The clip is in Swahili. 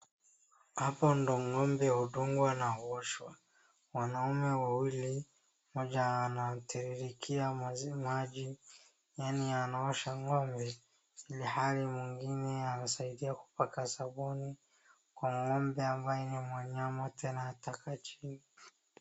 Hapa ndio ng'ombe hudungwa na huoshwa. Wanaume wawili, mmoja anatiririkia maji yaani anaosha ng'ombe ilhali mwingine ansaidia kupaka sabuni, kuna ng'ombe ambaye ni.